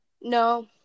no